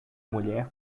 mulher